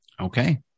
Okay